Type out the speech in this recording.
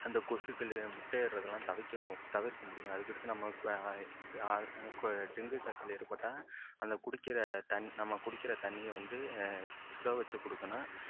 அந்த கொசுக்கள் முட்டையிடுறதெல்லாம் தவிர்க்கணும் தவிர்க்க முடியும் அதுக்கடுத்து நம்ம டெங்கு காய்ச்சல் ஏற்பட்டால் அந்த குடிக்கிற தண்ணீர் நம்ம குடிக்கிற தண்ணீயை வந்து சுட வச்சு கொடுக்கணும்